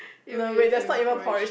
it will be a flavor porridge